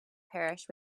parish